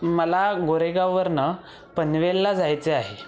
मला गोरेगाववरून पनवेलला जायचे आहे